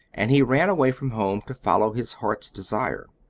and he ran away from home to follow his heart's desire.